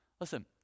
Listen